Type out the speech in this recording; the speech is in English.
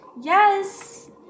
Yes